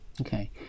Okay